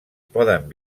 poden